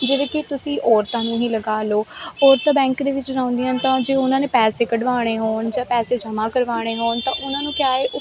ਜਿਵੇਂ ਕਿ ਤੁਸੀਂ ਔਰਤਾਂ ਨੂੰ ਹੀ ਲਗਾ ਲਓ ਔਰਤਾਂ ਬੈਂਕ ਦੇ ਵਿੱਚ ਜਾਂਦੀਆਂ ਹਨ ਤਾਂ ਜੇ ਉਹਨਾਂ ਨੇ ਪੈਸੇ ਕਢਵਾਉਣੇ ਹੋਣ ਜਾਂ ਪੈਸੇ ਜਮ੍ਹਾ ਕਰਵਾਉਣੇ ਹੋਣ ਤਾਂ ਉਹਨਾਂ ਨੂੰ ਕਿਆ ਏ